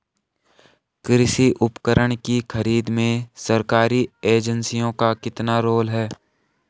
कृषि उपकरण की खरीद में सरकारी एजेंसियों का कितना रोल है?